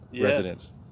residents